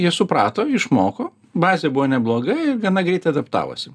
jie suprato išmoko bazė buvo nebloga ir gana greitai adaptavosi